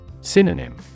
Synonym